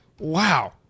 Wow